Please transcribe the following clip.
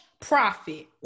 profit